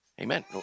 Amen